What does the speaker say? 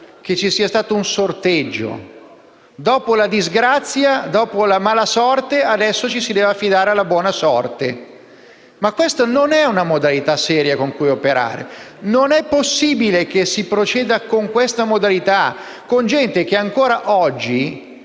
che ci sia stato un sorteggio. Dopo la disgrazia, dopo la malasorte, adesso ci si deve affidare alla buona sorte. Ma questa non è una modalità seria con cui operare. Non è possibile che si proceda con questa modalità nei confronti di gente che ancora oggi